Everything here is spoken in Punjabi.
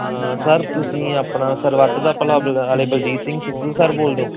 ਹਾਂ ਸਰ ਤੁਸੀਂ ਆਪਣਾ ਸਰਬੱਤ ਦਾ ਭਲਾ ਬ ਆਲੇ ਬਲਜੀਤ ਸਿੰਘ ਸਿੱਧੂ ਸਰ ਬੋਲਦੇ ਓ